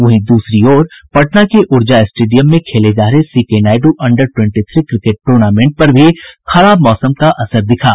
वहीं दूसरी ओर पटना के ऊर्जा स्टेडियम में खेले जा रहे C K Naidu under twenty three cricket tournament पर भी खराब मौसम का असर दिखा